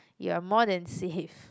you are more than safe